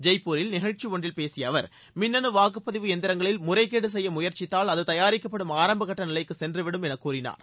ஜெய்ப்பூரில் நிகழ்ச்சி ஒன்றில் பேசிய அவர் மின்னனு வாக்குப்பதிவு எந்திரங்களில் முறைகேடு செய்ய முயற்சித்தால் அது தயாரிக்கப்படும் ஆரம்பக்கட்ட நிலைக்கு சென்று விடும் என கூறினார்